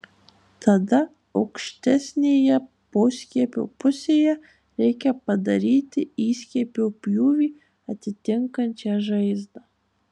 tada aukštesnėje poskiepio pusėje reikia padaryti įskiepio pjūvį atitinkančią žaizdą